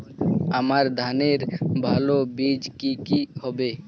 আমান ধানের ভালো বীজ কি কি হবে?